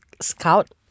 Scout